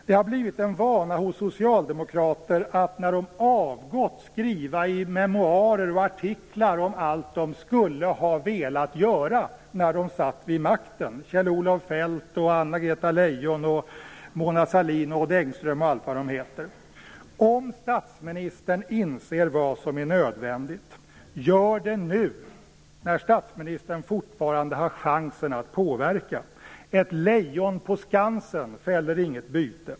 Det har blivit en vana hos socialdemokrater att skriva memoarer och artiklar när de har avgått om allt som de skulle ha velat göra när de satt vid makten. Odd Engström och andra har gjort det. Om statsministern inser vad som är nödvändigt att göra bör han göra det nu när han fortfarande har chansen att påverka. Ett "Leijon" på Skansen fäller inget byte.